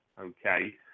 Okay